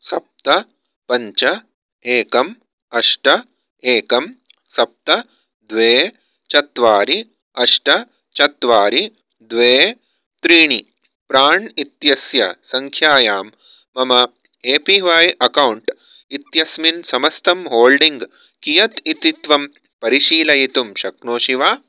सप्त पञ्च एकं अष्ट एकं सप्त द्वे चत्वारि अष्ट चत्वारि द्वे त्रीणि प्राण् इत्यस्य सङ्ख्यायां मम ए पी वय् अकौण्ट् इत्यस्मिन् समस्तं होल्डिङ्ग् कियत् इति त्वं परिशीलयितुं शक्नोषि वा